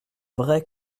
vraies